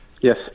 yes